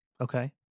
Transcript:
okay